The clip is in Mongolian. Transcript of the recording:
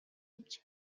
эмч